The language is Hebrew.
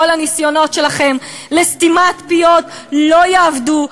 כל הניסיונות שלכם לסתימת פיות לא יעבדו,